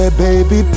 baby